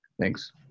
Thanks